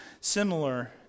similar